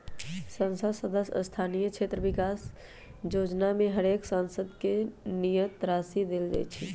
संसद सदस्य स्थानीय क्षेत्र विकास जोजना में हरेक सांसद के नियत राशि देल जाइ छइ